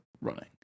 running